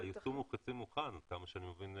היישום הוא חצי מוכן, עד כמה שאני מבין.